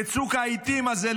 בצוק העיתים הזה,